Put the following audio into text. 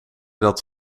dat